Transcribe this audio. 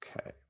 Okay